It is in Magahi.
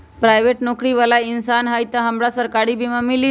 पराईबेट नौकरी बाला इंसान हई त हमरा सरकारी बीमा मिली हमरा?